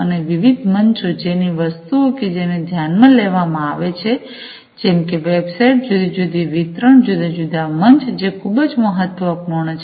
અને વિવિધ મ્ંચો જેની વસ્તુઓ કે જેને ધ્યાનમાં લેવામાં આવે છે જેમ કે વેબસાઈટ જુદી જુદી વિતરણજુદા જુદા મંચ જે ખૂબ જ મહત્વપૂર્ણ છે